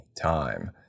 time